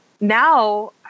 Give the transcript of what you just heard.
now